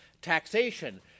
taxation